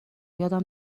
یادم